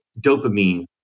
dopamine